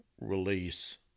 release